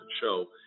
show